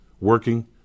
working